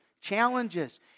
challenges